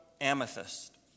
Amethyst